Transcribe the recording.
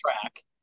track